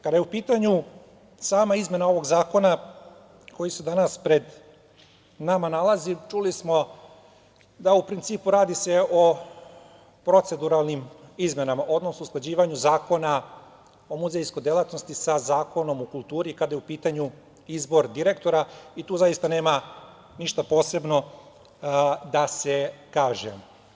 Kada je u pitanju sama izmena ovog zakona koji se danas nalazi pred nama, čuli smo da se u principu radi o proceduralnim izmenama, odnosno o usklađivanju Zakona o muzejskoj delatnosti sa Zakonom o kulturi kada je u pitanju izbor direktora i tu zaista nema ništa posebno da se kaže.